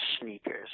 sneakers